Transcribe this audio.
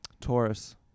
Taurus